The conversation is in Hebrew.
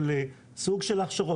של סוג של הכשרות,